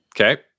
Okay